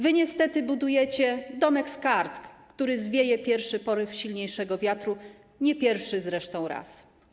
Wy niestety budujecie domek z kart, który zwieje pierwszy poryw silniejszego wiatru, nie pierwszy resztą raz.